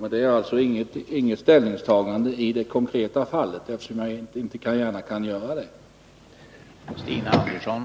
Men det innebär alltså inget ställningstagande i det konkreta fallet, eftersom jag inte gärna kan göra något sådant.